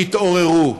תתעוררו.